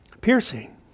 Piercing